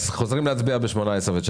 חוזרים להצביע בשעה 18:19. (הישיבה נפסקה